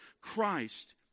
Christ